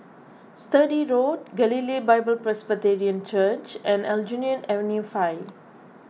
Sturdee Road Galilee Bible Presbyterian Church and Aljunied Avenue five